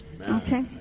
Okay